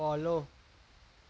follow